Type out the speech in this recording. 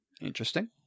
Interesting